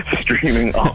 streaming